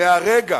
מהרגע